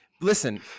listen